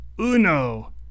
Uno